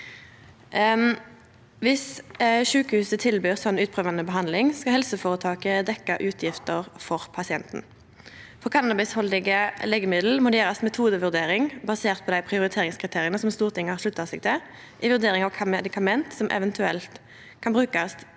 Om sjukehuset tilbyr slik utprøvande behandling, skal helseføretaket dekkje utgifter for pasienten. For cannabishaldige legemiddel må det gjerast ei metodevurdering basert på dei prioriteringskriteria som Stortinget har slutta seg til, i vurderinga av kva medikament som eventuelt kan dekkjast